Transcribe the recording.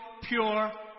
pure